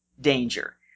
danger